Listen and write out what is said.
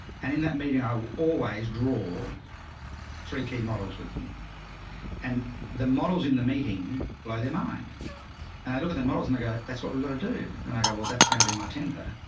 and in that meeting i will always draw threek models with them and the models in the meeting blow their mind and i look at the models and i go, that's what we've got to do. and i got, well that's going to be my tender.